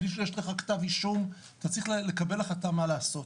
בלי שיש לך כתב אישום ואתה צריך לקבל החלטה מה לעשות.